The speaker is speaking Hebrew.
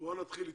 נתחיל איתך.